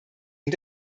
und